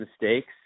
mistakes